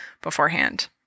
beforehand